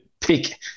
pick